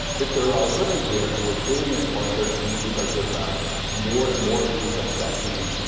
if they are are living here and we are creating a cluster and then we start to attract more and more of these productions,